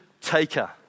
taker